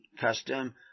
Custom